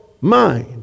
mind